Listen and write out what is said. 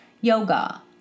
Yoga